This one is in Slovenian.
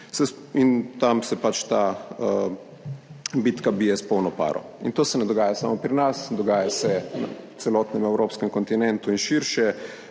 In tam se ta bitka bije s polno paro. To se ne dogaja samo pri nas, dogaja se na celotnem evropskem kontinentu in širše,